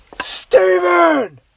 Steven